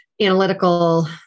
analytical